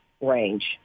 range